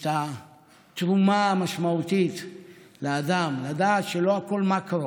את התרומה המשמעותית לאדם, לדעת שלא הכול מקרו,